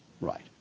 Right